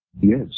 yes